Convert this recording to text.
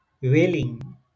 wailing